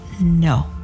no